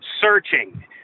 searching